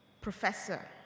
professor